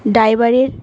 ড্রাইভারের